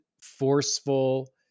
forceful